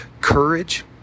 Courage